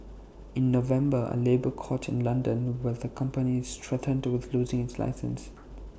in November A labour court in London where the company is threatened with losing its license